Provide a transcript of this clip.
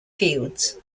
fields